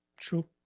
true